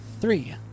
three